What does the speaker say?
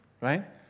right